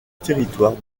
territoire